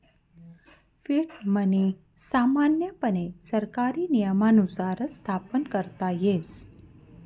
fiat money सामान्यपणे सरकारी नियमानुसारच स्थापन करता येस